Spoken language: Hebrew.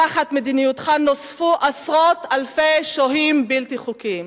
תחת מדיניותך נוספו עשרות אלפי שוהים בלתי חוקיים.